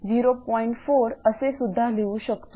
4 असे सुद्धा लिहू शकतो